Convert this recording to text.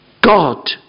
God